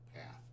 path